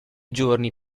giorni